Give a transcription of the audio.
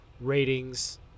ratings